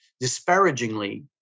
disparagingly